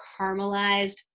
caramelized